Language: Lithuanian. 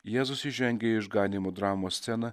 jėzus įžengia į išganymo dramos sceną